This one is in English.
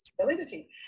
validity